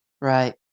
right